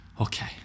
okay